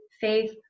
faith